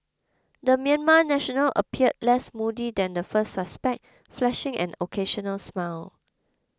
the Myanmar national appeared less moody than the first suspect flashing an occasional smile